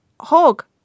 Hog